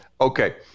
Okay